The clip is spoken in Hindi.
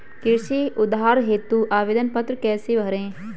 कृषि उधार हेतु आवेदन पत्र कैसे भरें?